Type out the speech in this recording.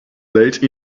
late